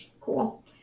Cool